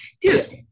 Dude